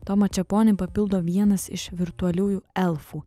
tomą čeponį papildo vienas iš virtualiųjų elfų